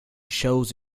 shows